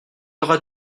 aura